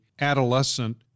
adolescent